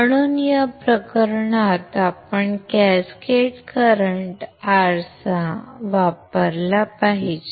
म्हणून या प्रकरणात आपण कॅस्केड करंट आरसा वापरला पाहिजे